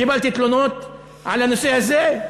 קיבלתי תלונות על הנושא הזה?